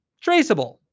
traceable